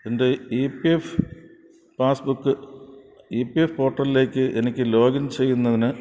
എൻ്റെ E P F passbook E P F പോർട്ടലിലേക്ക് എനിക്ക് ലോഗിൻ ചെയ്യുന്നതിന്